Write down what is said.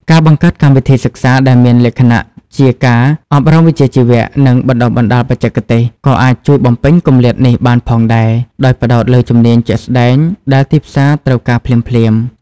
ការបង្កើតកម្មវិធីសិក្សាដែលមានលក្ខណៈជា ការអប់រំវិជ្ជាជីវៈ និងបណ្តុះបណ្តាលបច្ចេកទេស ក៏អាចជួយបំពេញគម្លាតនេះបានផងដែរ ដោយផ្តោតលើជំនាញជាក់ស្តែងដែលទីផ្សារត្រូវការភ្លាមៗ។